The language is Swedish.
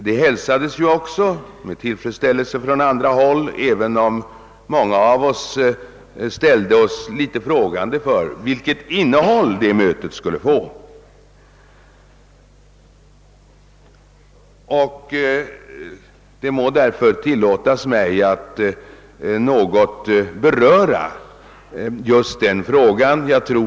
Den inbjudan hälsades med tillfredsställelse från många håll, även om väl några av oss undrade vilket innehåll mötet skulle komma att få. Det må därför tillåtas mig att något beröra den saken.